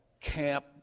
camp